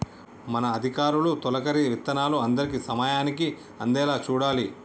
మన అధికారులు తొలకరి విత్తనాలు అందరికీ సమయానికి అందేలా చూడాలి